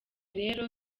rero